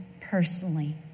personally